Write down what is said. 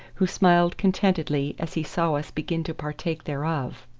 who smiled contentedly as he saw us begin to partake thereof.